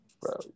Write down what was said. bro